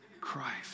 Christ